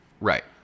right